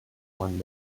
one